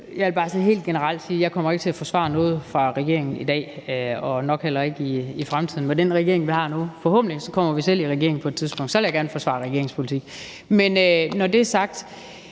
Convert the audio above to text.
Jeg vil bare helt generelt sige, at jeg kommer ikke til at forsvare noget fra regeringen i dag – og nok heller ikke i fremtiden. Med den regering, vi har nu, kommer vi forhåbentlig selv i regering på et tidspunkt, og så vil jeg gerne forsvare regeringens politik. Men når det er sagt,